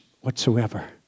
whatsoever